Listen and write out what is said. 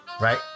Right